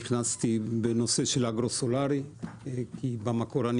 נכנסתי לנושא של אגרו-סולארי כי במקור אני